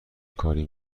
کاری